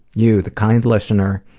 you, the kind listener,